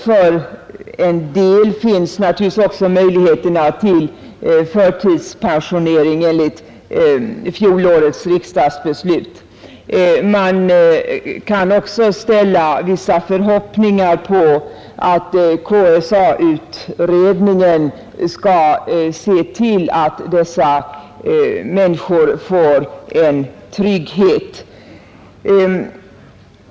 För en del människor finns naturligtvis även möjligheter till förtidspensionering enligt fjolårets riksdagsbeslut. Man kan också ställa förväntningar på att KSA-utredningen skall se till att dessa människor får en trygghet.